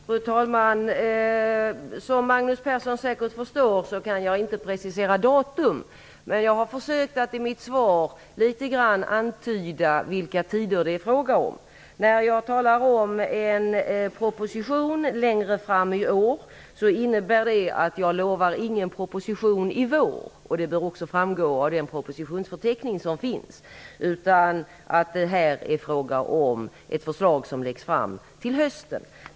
Fru talman! Som Magnus Persson säker förstår kan jag inte precisera datum. Men jag har försökt att i mitt svar litet grand antyda vilka tidpunkter det är fråga om. När jag talar om en proposition längre fram i år, innebär det att jag inte lovar en proposition i vår. Det bör också framgå av den propositionsförteckning som finns. Här är det fråga om ett förslag som skall läggas fram till hösten.